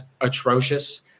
atrocious